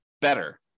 better